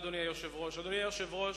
אדוני היושב-ראש,